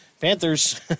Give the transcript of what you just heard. Panthers